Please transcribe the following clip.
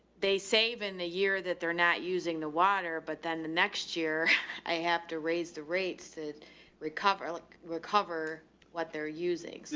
they save in a year that they're not using the water, but then the next year i have to raise the rates to recover, like recover what they're using.